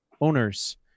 owners